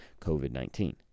COVID-19